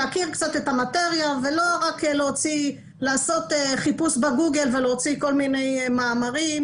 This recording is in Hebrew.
להכיר קצת את המטריה ולא רק לעשות חיפוש בגוגל ולהוציא כל מיני מאמרים.